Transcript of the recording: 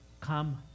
come